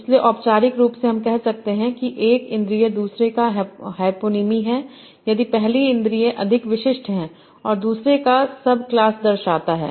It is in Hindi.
इसलिए औपचारिक रूप से हम कहते हैं कि एक इंद्रिय दूसरे का हैपोनीमी है यदि पहली इंद्रिय अधिक विशिष्ट है और दूसरे का सबक्लास दर्शाता है